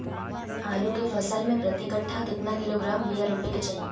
आलू के फसल में प्रति कट्ठा कितना किलोग्राम बिया रोपे के चाहि?